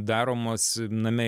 daromos name